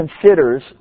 considers